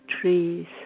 trees